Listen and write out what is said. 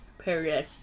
Period